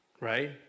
right